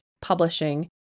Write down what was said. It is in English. publishing